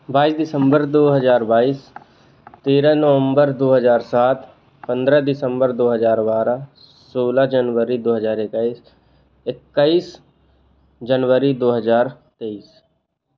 बाईस दिसम्बर दो हजार बाईस तेरह नवम्बर दो हजार सात पंद्रह दिसम्बर दो हजार बारह सोलह जनवरी दो हजार इक्कीस इक्कीस जनवरी दो हजार तेईस